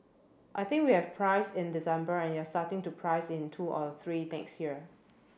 I think we have priced in December and you're starting to price in two or three next year